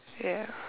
ya